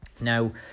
now